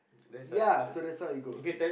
ya so that's how it goes